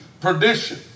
perdition